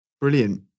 Brilliant